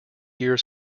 years